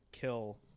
kill